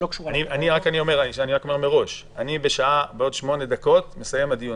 אני רק אומר מראש: בעוד שמונה דקות אני מסיים את הדיון.